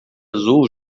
azul